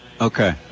Okay